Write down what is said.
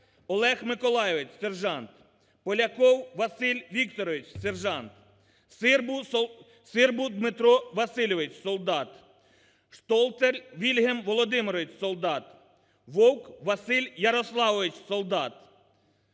Олег Миколайович – сержант; Поляков Василь Вікторович – сержант; Сирбут Дмитро Васильович – солдат; Штолтер Вільгельм Володимирович – солдат; Вовк Василь Ярославович – солдат.